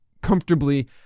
comfortably